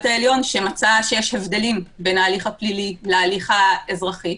העליון שמצא שיש הבדלים בין ההליך הפלילי להליך האזרחי.